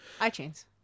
iTunes